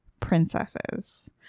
princesses